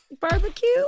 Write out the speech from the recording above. barbecue